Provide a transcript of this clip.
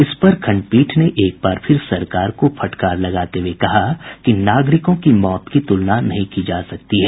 इस पर खंडपीठ ने एक बार फिर सरकार को फटकार लगाते हुए कहा कि नागरिकों की मौत की तुलना नहीं की जा सकती है